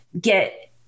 get